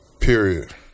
period